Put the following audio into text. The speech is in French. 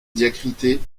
diacritée